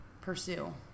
pursue